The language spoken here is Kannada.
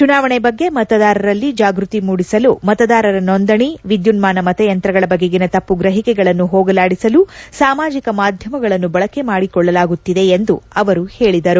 ಚುನಾವಣೆ ಬಗ್ಗೆ ಮತದಾರರಲ್ಲಿ ಜಾಗೃತಿ ಮೂಡಿಸಲು ಮತದಾರರ ನೋಂದಣೆ ವಿದ್ಯುನ್ಮಾನ ಮತಯಂತ್ರಗಳ ಬಗೆಗಿನ ತಪ್ಪು ಗ್ರಹಿಕೆಗಳನ್ನು ಹೋಗಲಾದಿಸಲು ಸಾಮಾಜಿಕ ಮಾಧ್ಯಮಗಳನ್ನು ಬಳಕೆ ಮಾಡಿಕೊಳ್ಳಲಾಗುತ್ತಿದೆ ಎಂದು ಅವರು ಹೇಳಿದರು